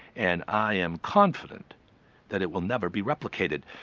and i am confident that it will never be replicated.